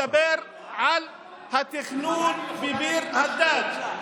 אני מדבר על התכנון בביר הדאג'.